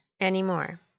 anymore